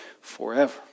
forever